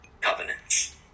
covenants